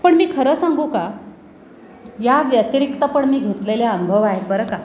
पण मी खरं सांगू का या व्यतिरिक्त पण मी घेतलेले अनुभव आहेत बरं का